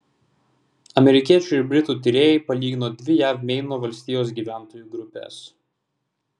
amerikiečių ir britų tyrėjai palygino dvi jav meino valstijos gyventojų grupes